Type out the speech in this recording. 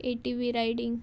eighty V riding